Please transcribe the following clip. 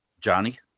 Johnny